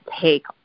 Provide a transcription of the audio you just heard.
take